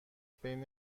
بین